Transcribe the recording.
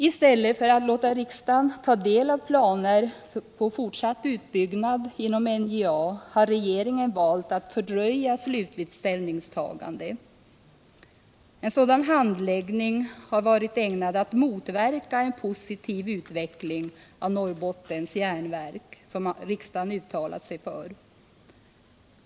I stället för att låta riksdagen ta del av planer på en fortsatt utbyggnad inom NJA har regeringen valt att fördröja ett slutligt ställningstagande. En sådan handläggning har varit ägnad att motverka den positiva utveckling av Norrbottens Järnverk som riksdagen uttalat sig för.